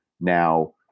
now